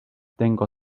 tengo